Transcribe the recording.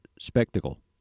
spectacle